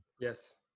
Yes